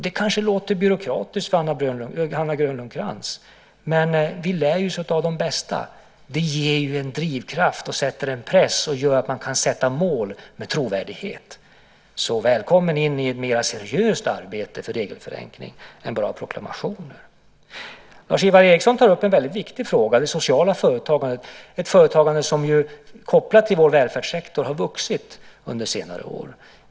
Det kanske låter byråkratiskt för Anna Grönlund Krantz, men vi lär oss av de bästa. Det ger en drivkraft och sätter en press och gör att man kan sätta upp mål med trovärdighet. Så välkommen in i ett mer seriöst arbete för regelförenkling än att bara ha proklamationer! Lars-Ivar Ericson tar upp en väldigt viktig fråga, det sociala företagandet, ett företagande som ju är kopplat till vår välfärdssektor och har vuxit under senare år.